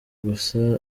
gusa